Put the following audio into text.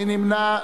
מי נמנע?